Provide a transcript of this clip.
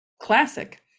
classic